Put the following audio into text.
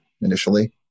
initially